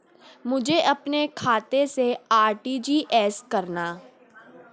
मुझे अपने खाते से आर.टी.जी.एस करना?